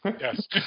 Yes